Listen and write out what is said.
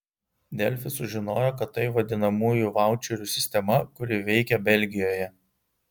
delfi sužinojo kad tai vadinamųjų vaučerių sistema kuri veikia belgijoje